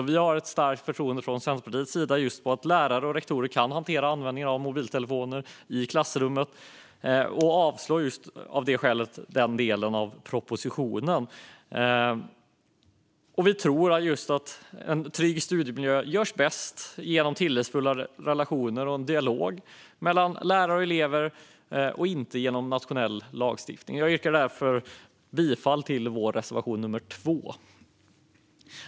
Centerpartiet har starkt förtroende för att lärare och rektorer kan hantera användningen av mobiltelefoner i klassrummet och yrkar därför avslag på den delen av propositionen. Vi tror att en trygg studiemiljö görs bäst genom tillitsfulla relationer och dialog mellan lärare och elever, inte genom nationell lagstiftning. Jag yrkar därför bifall till reservation 2.